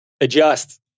adjust